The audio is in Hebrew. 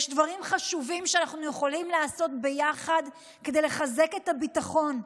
יש דברים חשובים שאנחנו יכולים לעשות ביחד כדי לחזק את הביטחון,